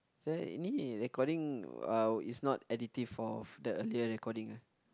recording uh is not additive of the idea recording